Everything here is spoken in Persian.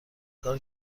کار